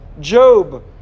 Job